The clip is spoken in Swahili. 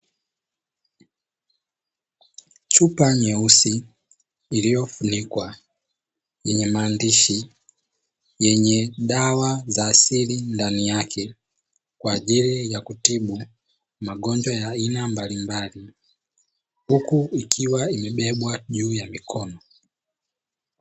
Chupa nyeusi iliyofunikwa yenye maandishi yenye dawa za asili ndani yake kwa ajili ya kutibu magonjwa ya aina mbalimbali, huku ikiwa imebebwa juu ya mikono.